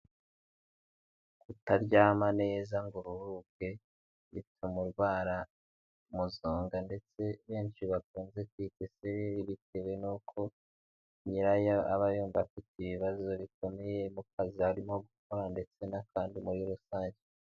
Kutaryama neza ngo uruhuke bitama urwara muzunga ndetse benshi bakunze kwita isereri, bitewe n'uko, nyirayo aba yumva afite ibibazo bikomeye mu kazi arimo gukora ndetse n'akandi muri rusange.